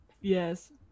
Yes